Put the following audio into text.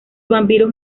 vampiros